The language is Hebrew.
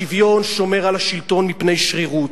השוויון שומר על השלטון מפני שרירות.